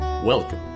Welcome